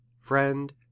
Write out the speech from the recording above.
friend